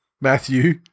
Matthew